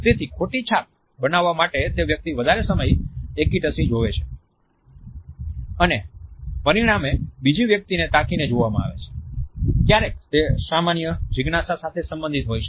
તેથી ખોટી છાપ બનાવવા માટે તે વ્યક્તિ વધારે સમય એક્કીટશે જોવે છે અને પરિણામે બીજી વ્યક્તિને તાકીને જોવામાં આવે છે ક્યારેક તે સામાન્ય જીજ્ઞાસા સાથે સંબંધિત હોય છે